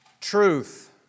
Truth